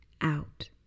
out